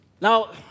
Now